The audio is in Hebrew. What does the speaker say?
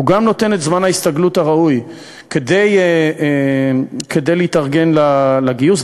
הוא נותן גם לצבא את זמן ההסתגלות הראוי כדי להתארגן לגיוס,